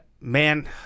man